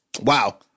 wow